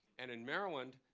and in maryland